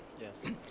Yes